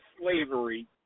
slavery